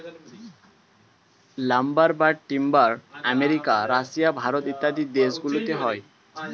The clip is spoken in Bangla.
লাম্বার বা টিম্বার আমেরিকা, রাশিয়া, ভারত ইত্যাদি দেশ গুলোতে হয়